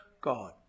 God